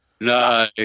No